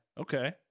Okay